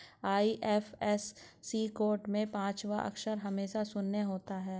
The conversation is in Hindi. आई.एफ.एस.सी कोड में पांचवा अक्षर हमेशा शून्य होता है